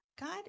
God